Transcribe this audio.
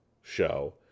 show